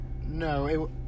No